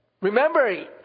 Remember